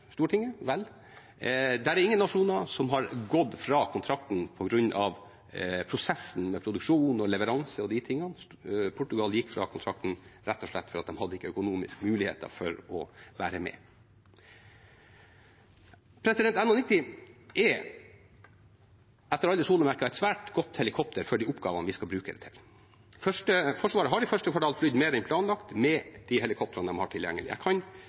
gått fra kontrakten på grunn av prosessen med produksjon og leveranse og de tingene, Portugal gikk fra kontrakten rett og slett fordi de ikke hadde økonomiske muligheter for å være med. NH90 er etter alle solemerker et svært godt helikopter for de oppgavene vi skal bruke det til. Forsvaret har i første kvartal flydd mer enn planlagt med de helikoptrene de har tilgjengelig. Jeg kan